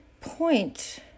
point